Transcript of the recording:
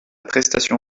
prestation